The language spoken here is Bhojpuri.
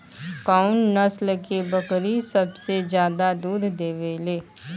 कउन नस्ल के बकरी सबसे ज्यादा दूध देवे लें?